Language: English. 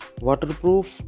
Waterproof